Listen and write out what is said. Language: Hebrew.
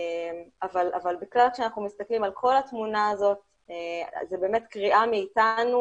אבל כשאנחנו מסתכלים על כל התמונה הזאת זה באמת קריאה מאיתנו